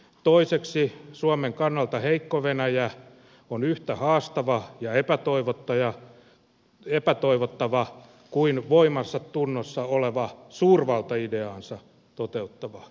toiseksi suomen kannalta heikko venäjä on yhtä haastava ja epätoivottava kuin voimansa tunnossa oleva suurvaltaideaansa toteuttava venäjä